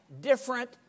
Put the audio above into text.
different